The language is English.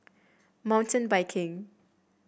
Mountain Biking